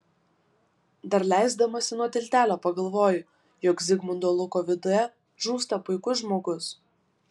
dar leisdamasi nuo tiltelio pagalvoju jog zigmundo luko viduje žūsta puikus žmogus